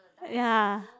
ya